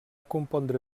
compondre